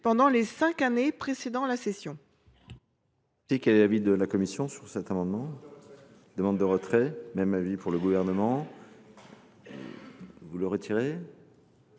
pendant les cinq années précédant la cession.